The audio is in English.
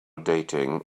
dating